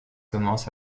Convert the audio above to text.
commence